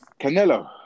Canelo